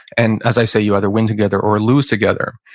and as i say, you either win together or lose together.